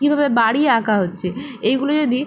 কীভাবে বাড়ি আঁকা হচ্ছে এইগুলো যদি